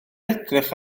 edrych